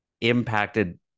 impacted